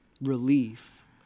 relief